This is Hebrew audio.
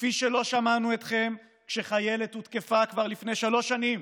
כפי שלא שמענו אתכם כשחיילת הותקפה כבר לפני שלוש שנים